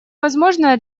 возможное